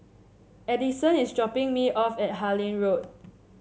Addyson is dropping me off at Harlyn Road